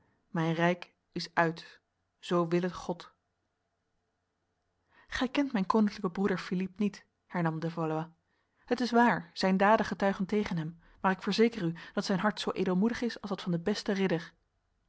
mijn rijk is uit zo wil het god gij kent mijn koninklijke broeder philippe niet hernam de valois het is waar zijn daden getuigen tegen hem maar ik verzeker u dat zijn hart zo edelmoedig is als dat van de beste ridder